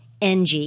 NG